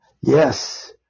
Yes